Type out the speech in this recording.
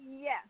yes